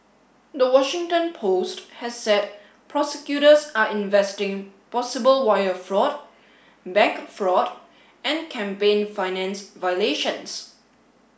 the Washington Post has said prosecutors are investigating possible wire fraud bank fraud and campaign finance violations